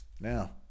now